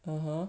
(uh huh)